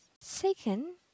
Second